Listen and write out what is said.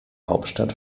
hauptstadt